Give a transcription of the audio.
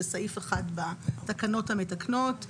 סעיף 1 בתקנות המתקנות,